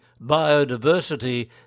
biodiversity